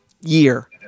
year